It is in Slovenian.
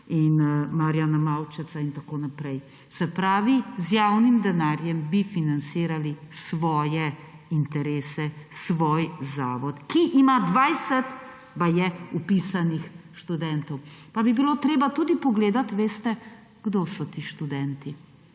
in Marjana Maučeca in tako naprej. Se pravi, z javnim denarjem bi financirali svoje interese, svoj zavod, ki ima baje 20 vpisanih študentov. Pa bi bilo treba tudi pogledati, kdo so ti študenti.